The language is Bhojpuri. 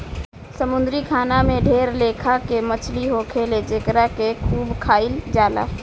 समुंद्री खाना में ढेर लेखा के मछली होखेले जेकरा के खूब खाइल जाला